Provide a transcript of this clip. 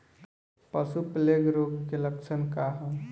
पशु प्लेग रोग के लक्षण का ह?